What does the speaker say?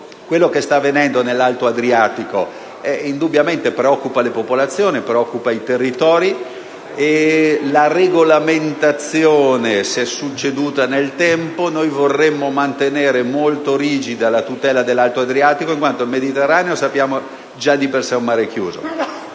Ciò che sta avvenendo nell'alto Adriatico indubbiamente preoccupa le popolazioni e i territori. La regolamentazione si è succeduta nel tempo, ma noi vorremmo mantenere molto rigida la tutela dell'alto Adriatico. Il Mediterraneo, lo sappiamo, è di per sé un mare chiuso,